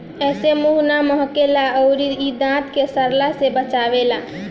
एसे मुंह ना महके ला अउरी इ दांत के सड़ला से बचावेला